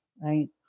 right